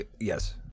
yes